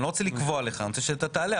אני לא רוצה לקבוע לך, אני רוצה שאתה תעלה.